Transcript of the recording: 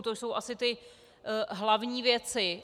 To jsou asi ty hlavní věci.